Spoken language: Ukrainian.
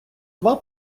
два